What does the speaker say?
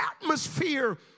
atmosphere